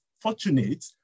fortunate